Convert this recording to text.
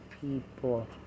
people